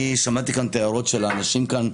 שמעתי את ההערות של האנשים כאן.